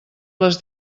les